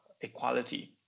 equality